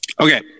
Okay